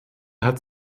hat